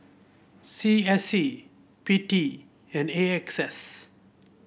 C S C P T and A X S